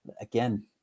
Again